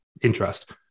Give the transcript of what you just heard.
interest